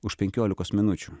už penkiolikos minučių